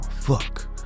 fuck